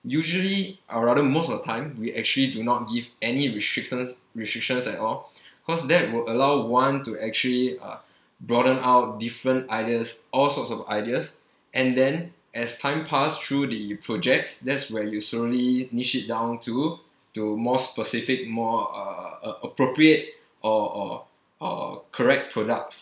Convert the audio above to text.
usually uh rather most of the time we actually did not give any restrictions restrictions at all because that will allow one to actually uh broaden out different ideas all sorts of ideas and then as time pass through the projects that's where you slowly initiate down to to more specific more uh appropriate or or or correct products